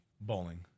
Bowling